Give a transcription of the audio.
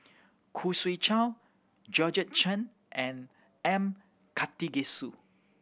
Khoo Swee Chiow Georgette Chen and M Karthigesu